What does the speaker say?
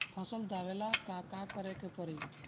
फसल दावेला का करे के परी?